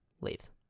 leaves